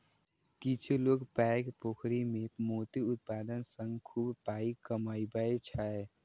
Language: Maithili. किछु लोक पैघ पोखरि मे मोती उत्पादन सं खूब पाइ कमबै छै